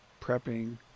prepping